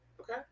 okay